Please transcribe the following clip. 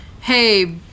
hey